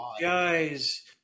Guys